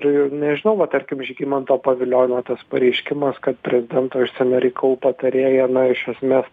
ir nežinau va tarkim žygimanto pavilionio tas pareiškimas kad prezidento užsienio reikalų patarėja na iš esmės